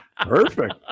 Perfect